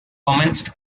commenced